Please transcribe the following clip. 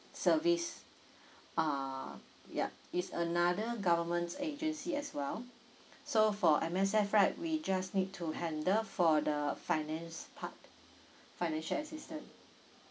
service ah ya it's another government agency as well so for M_S_F right we just need to handle for the finance part financial assistance